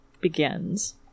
begins